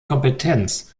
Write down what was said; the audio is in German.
kompetenz